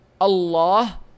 Allah